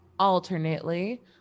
Alternately